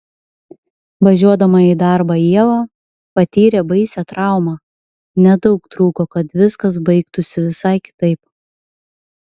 važiuodama į darbą ieva patyrė baisią traumą nedaug trūko kad viskas baigtųsi visai kitaip